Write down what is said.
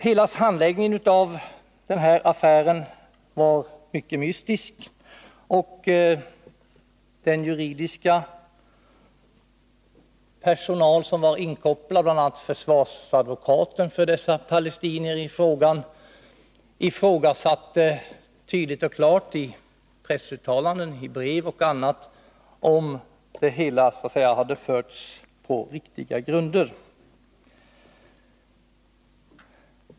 Hela handläggningen av affären var mycket mystisk, och den juridiska personal som var inkopplad — bl.a. försvarsadvokaten — till förmån för dessa palestinier ifrågasatte tydligt och klart i pressuttalanden, i brev och på annat sätt om det hela hade skett på riktiga grunder.